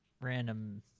random